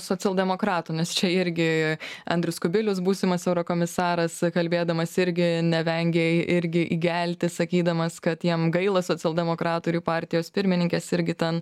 socialdemokratų nes čia irgi andrius kubilius būsimas eurokomisaras kalbėdamas irgi nevengė irgi įgelti sakydamas kad jam gaila socialdemokratų ir jų partijos pirmininkės irgi ten